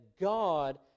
God